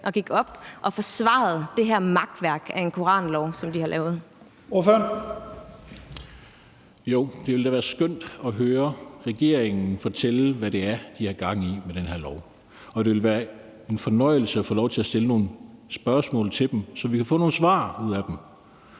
Kl. 11:48 Første næstformand (Leif Lahn Jensen): Ordføreren. Kl. 11:48 Steffen Larsen (LA): Jo, det ville da være skønt at høre regeringen fortælle, hvad det er, de har gang i med det her lovforslag, og det ville være en fornøjelse at få lov til at stille nogle spørgsmål til dem, så vi kan få nogle svar ud af dem.